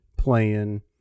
playing